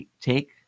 take